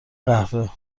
قهوه